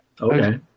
okay